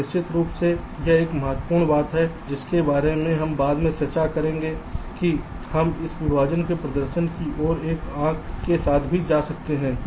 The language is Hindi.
और निश्चित रूप से यह एक और महत्वपूर्ण बात है जिसके बारे में हम बाद में चर्चा करेंगे कि हम इस विभाजन को प्रदर्शन की ओर एक आँख के साथ भी ले जा सकते हैं